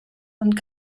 und